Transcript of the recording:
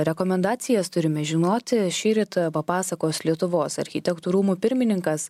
rekomendacijas turime žinoti šįryt papasakos lietuvos architektų rūmų pirmininkas